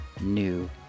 new